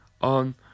on